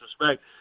respect